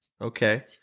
Okay